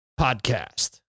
podcast